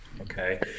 Okay